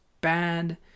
bad